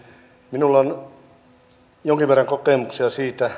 minulla on jonkin verran kokemuksia siitä